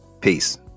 Peace